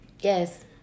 Yes